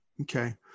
Okay